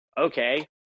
Okay